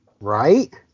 right